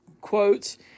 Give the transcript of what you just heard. quotes